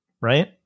right